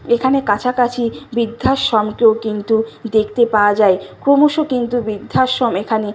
এখানে কাছাকাছি বৃদ্ধাশ্রমকেও কিন্তু দেখতে পাওয়া যায় ক্রমশ কিন্তু বৃদ্ধাশ্রম এখানে